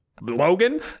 Logan